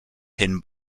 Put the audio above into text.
pin